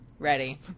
ready